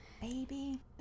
Baby